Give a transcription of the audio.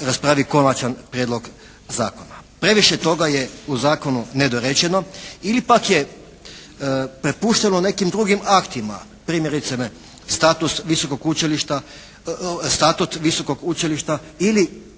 raspravi konačan prijedlog zakona. Previše toga je u zakonu nedorečeno ili pak je prepušteno nekim drugim aktima. Primjerice, status visokog učilišta, Status visokog učilišta ili